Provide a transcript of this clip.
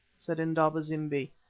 said indaba-zimbi,